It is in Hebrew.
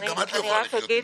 אשר הופצה להערות הציבור,